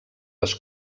les